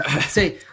Say